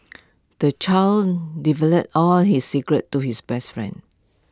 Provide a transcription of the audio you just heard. the child divulged all his secrets to his best friend